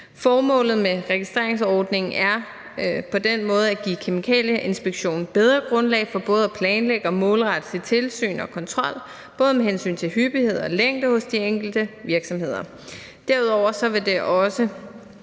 Formålet med registreringsordningen er på den måde at give kemikalieinspektionen bedre grundlag for både at planlægge og målrette sit tilsyn og sin kontrol, både med hensyn til hyppighed og med hensyn til længde hos de enkelte virksomheder.